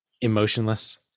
emotionless